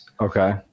okay